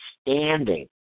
standing